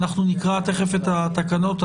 נקרא תכף את התקנות.